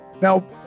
now